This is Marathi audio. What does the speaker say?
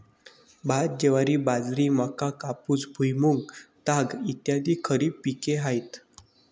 भात, ज्वारी, बाजरी, मका, कापूस, भुईमूग, ताग इ खरीप पिके आहेत